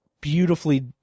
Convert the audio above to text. beautifully